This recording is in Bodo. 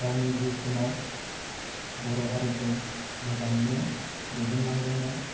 गावनि जिउ समाव बर' हारिखौ मोजाङैनो दैदेनलांदोंमोन